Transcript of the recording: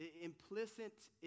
implicit